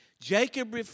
Jacob